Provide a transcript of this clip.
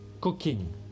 cooking